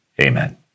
Amen